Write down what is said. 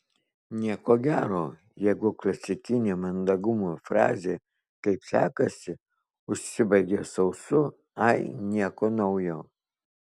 nieko gero jeigu klasikinė mandagumo frazė kaip sekasi užsibaigia sausu ai nieko naujo